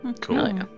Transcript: Cool